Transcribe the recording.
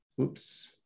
oops